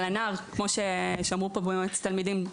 אבל כמו שאמרו פה ממועצת התלמידים,